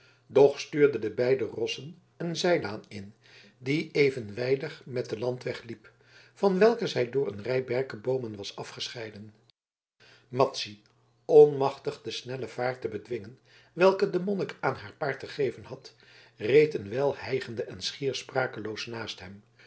stuurde de beide rossen een zijlaan in die evenwijdig met den landweg liep van welken zij door een rij berkeboomen was afgescheiden madzy onmachtig de snelle vaart te bedwingen welke de monnik aan haar paard gegeven had reed een wijl hijgende en schier sprakeloos naast hem